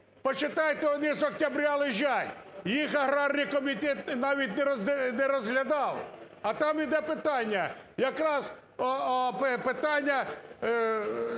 Почитайте, они с октября лежать, їх аграрний комітет навіть не розглядав. А там іде питання якраз, питання